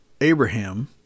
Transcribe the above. Abraham